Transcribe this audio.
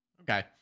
Okay